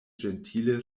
ĝentile